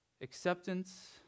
acceptance